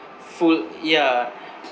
full yeah